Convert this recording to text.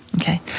Okay